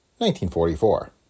1944